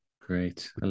Great